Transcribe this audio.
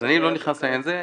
אני לא נכנס לעניין הזה.